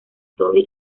toby